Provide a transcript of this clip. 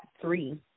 three